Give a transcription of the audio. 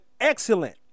excellent